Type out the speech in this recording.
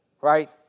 right